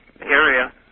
area